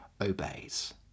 obeys